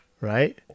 Right